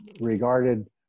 regarded